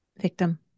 victim